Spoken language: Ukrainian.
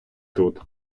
тут